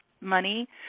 money